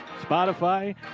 Spotify